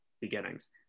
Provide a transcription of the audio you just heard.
beginnings